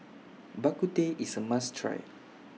Bak Kut Teh IS A must Try